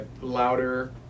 louder